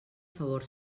favor